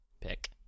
pick